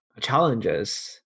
challenges